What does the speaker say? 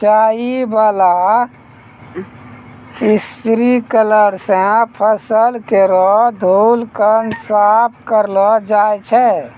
सिंचाई बाला स्प्रिंकलर सें फसल केरो धूलकण साफ करलो जाय छै